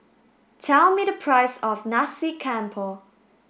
tell me the price of Nasi Campur